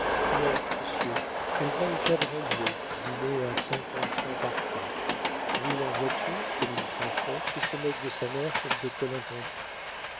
non monsieur elle va au cadran-bleu dîner à cinquante francs par tête roule en voiture comme une princesse et se moque de sa mère comme de